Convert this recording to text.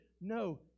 no